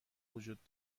وجود